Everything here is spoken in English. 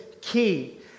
key